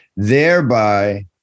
Thereby